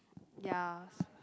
yes